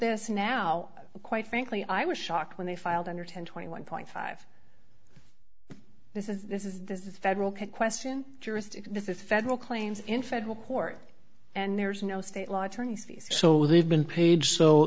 this now quite frankly i was shocked when they filed under ten twenty one point five this is this is this is federal question juristic this is federal claims in federal court and there's no state law attorneys fees so they've been paid so